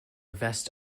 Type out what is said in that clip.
vest